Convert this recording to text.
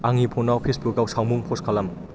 आंनि फनाव फेजबुकाव सावमुं पस्ट खालाम